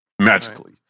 magically